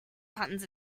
puns